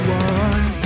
one